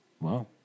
Wow